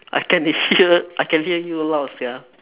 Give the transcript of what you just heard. I can hear I can hear you loud sia